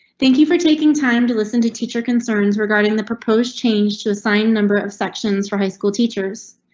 thank you for taking time to listen to teacher concerns regarding the proposed change to assign number of sections for high school teachers.